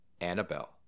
Annabelle